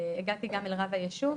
הגעתי גם אל רב היישוב.